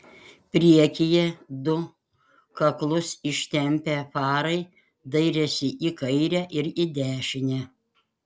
priekyje du kaklus ištempę farai dairėsi į kairę ir į dešinę